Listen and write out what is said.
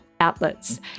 outlets